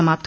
समाप्त